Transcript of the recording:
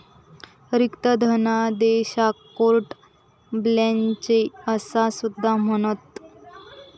रिक्त धनादेशाक carte blanche असा सुद्धा म्हणतत